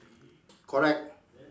correct